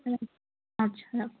হুম আচ্ছা রাখো